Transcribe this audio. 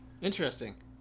Interesting